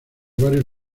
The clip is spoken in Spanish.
varios